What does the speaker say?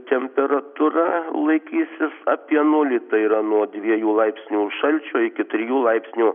temperatūra laikysis apie nulį tai yra nuo dviejų laipsnių šalčio iki trijų laipsnių